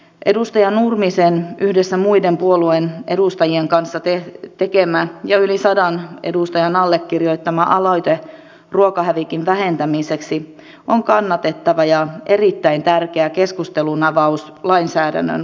edustaja nurmisen yhdessä muiden puolueen edustajien kanssa tekemä ja yli sadan edustajan allekirjoittama aloite ruokahävikin vähentämiseksi on kannatettava ja erittäin tärkeä keskustelunavaus lainsäädännön osalle